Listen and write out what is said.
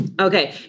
Okay